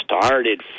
started